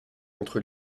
entre